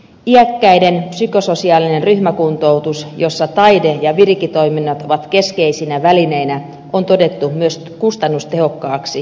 iäkkäiden psykososiaalinen ryhmäkuntoutus jossa taide ja viriketoiminnat ovat keskeisinä välineinä on todettu myös kustannustehokkaaksi hoitomuodoksi